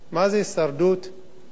התוכנית מעניינת בפני עצמה,